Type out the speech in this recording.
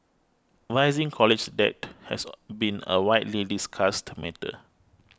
rising college debt has a been a widely discussed matter